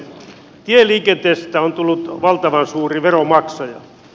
tieliikenteestä on tullut valtavan suuri veronmaksaja